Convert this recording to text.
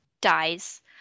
dies